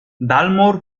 dalmor